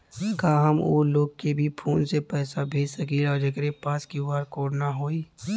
का हम ऊ लोग के भी फोन से पैसा भेज सकीला जेकरे पास क्यू.आर कोड न होई?